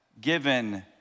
given